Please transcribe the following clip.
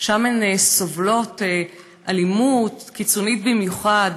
שם הן סובלות אלימות קיצונית במיוחד.